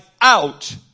out